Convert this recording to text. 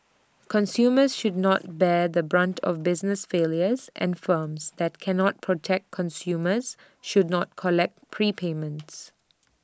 consumers should not bear the brunt of business failures and firms that cannot protect customers should not collect prepayments